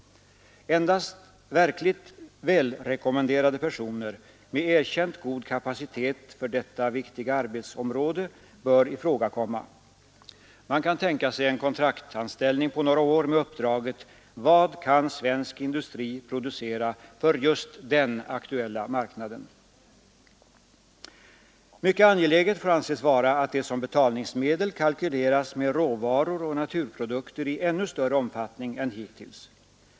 Endast verkligt välrekommenderade personer med erkänt god kapacitet för detta viktiga arbetsområde bör ifrågakomma. Man kan tänka sig en kontraktanställning på några år med uppdraget: ”Vad kan svensk industri producera för just den aktuella marknaden?” 25 Mycket angeläget får anses vara att det som betalningsmedel kalkyleras med råvaror och naturprodukter i ännu större omfattning än hittills.